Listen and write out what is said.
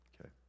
Okay